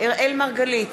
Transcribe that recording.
אראל מרגלית,